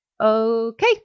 Okay